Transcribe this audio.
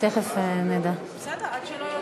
אין שר.